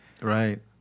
right